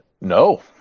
No